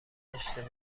داشته